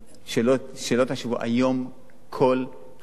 שלא תשוו, היום כל חברה,